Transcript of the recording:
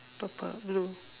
purple blue